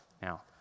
Now